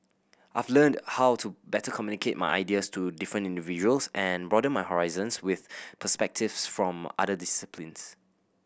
I've learnt how to better communicate my ideas to different individuals and broaden my horizons with perspectives from other disciplines